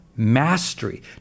mastery